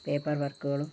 paper വർക്കുകളും